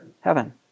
heaven